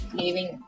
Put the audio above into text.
leaving